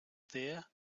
there